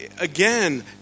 Again